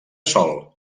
sol